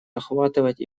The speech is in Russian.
охватывать